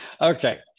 Okay